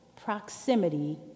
proximity